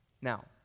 Now